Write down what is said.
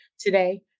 today